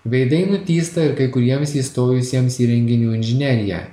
veidai nutįsta ir kai kuriems įstojusiems į renginių inžineriją